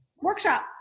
workshop